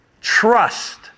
Trust